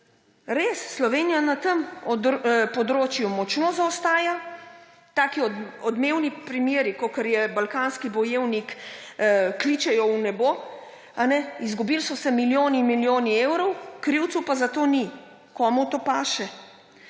res, Slovenija na tem področju močno zaostaja. Taki odmevni primeri, kot je balkanski bojevnik, kličejo v nebo. Izgubili so se milijoni in milijoni evrov, krivcev pa za to ni. Komu to paše?